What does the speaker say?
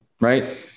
right